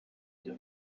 inka